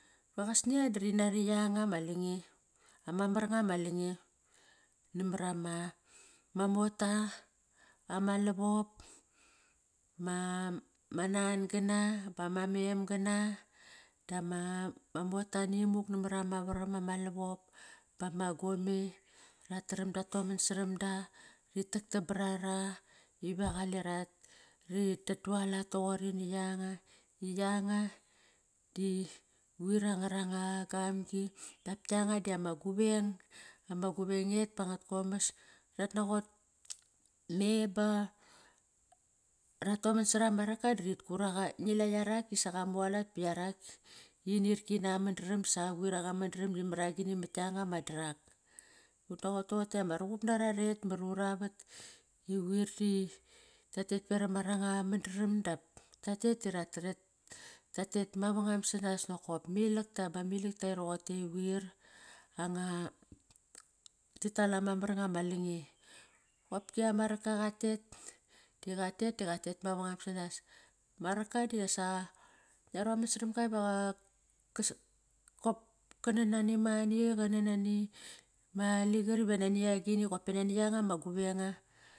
Ba qas nia di rinari yanga ma lange? Ama mar nga ma lange namara ma, ma mota, amalavop, ma nan gana bama mem gana dama mota ni muk namar ama varam, ama lavop bama gome. Rataram ra toman saram da. Ritakdam bar rara iva qale ra tualat toqori na yanga. Yanga di quir angara nga gamgi. Dap kianga dama guveng ama guveng et pang at komas, rat naqot, me ba ratoman sar ama raka darit kuraqa. Ngila yarak isa qamualat ba yaraki inirki na mandramsa. Quir anga mandram imara gini, mat kianga ma darak. Ut naqot toqote ama ruqup nara ret mar ruravat iquir ti tatet peram aranga mandram dap tatet ta te mavangam sanas nakop ama ilakta bama ilakta roqote quir anga. Tital ama mar nga ma lange. Bopki ama raka qatet di qatet, di qatet mavangam sanas. Ma raka disa, ngia roman saram ga va qa kop kanan nani mani, qanan nani maligar iva nani agini qop pa nani yanga ma guveng.